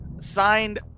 signed